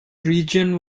region